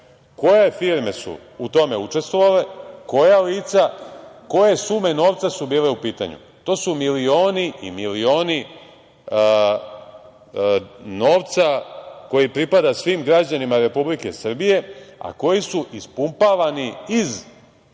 koje firme su u tome učestvovale, koja lica, koje sume novca su bile u pitanju. To su milioni i milioni novca koji pripada svim građanima Republike Srbije, a koji su formalno ispumpavani iz